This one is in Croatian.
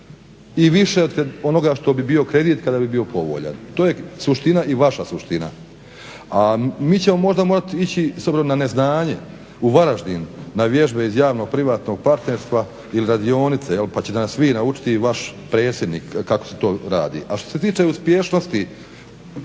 i više od onoga što bi bio kredit kada bi bio povoljan. To je suština i vaša suština. A mi ćemo možda morati ići, s obzirom na neznanje u Varaždin na vježbe iz javno-privatnog partnerstva ili radionice, jel pa ćete nas vi naučiti i vaš predsjednik kako se to radi. A što se tiče uspješnosti